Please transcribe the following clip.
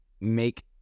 make